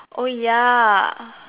oh ya